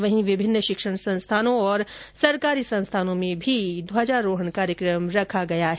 वहीं विभिन्न शिक्षण संस्थानों और सरकारी संस्थानों में भी ध्वजारोहण किया जा रहा है